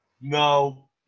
No